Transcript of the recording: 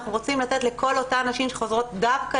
אנחנו רוצים לתת לכל אותן הנשים שחוזרות דווקא